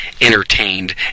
entertained